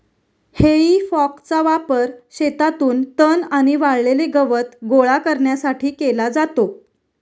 हेई फॉकचा वापर शेतातून तण आणि वाळलेले गवत गोळा करण्यासाठी केला जातो